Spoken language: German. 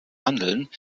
handeln